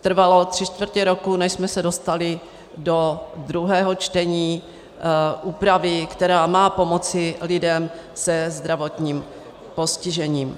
Trvalo tři čtvrtě roku, než jsme se dostali do druhého čtení úpravy, která má pomoci lidem se zdravotním postižením.